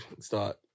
start